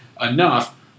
enough